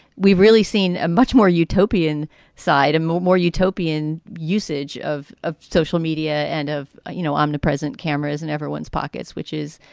we've really seen a much more utopian side and more more utopian usage of of social media and of, you know, omnipresent cameras in and everyone's pockets, which is,